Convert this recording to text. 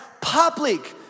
public